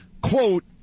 quote